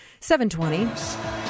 720